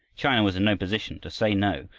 china was in no position to say no,